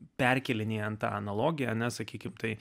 perkėlinėjant analogiją nesakykit tai